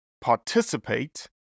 participate